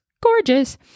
gorgeous